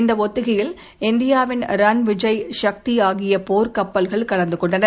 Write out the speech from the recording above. இந்த ஒத்திகையில் இந்தியாவின் ரன் விஜய் சக்தி ஆகிய போர்க் கப்பல்கள் கலந்து கொண்டன